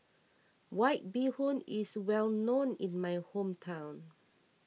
White Bee Hoon is well known in my hometown